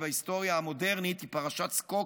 בהיסטוריה המודרנית היא פרשת סקוקי.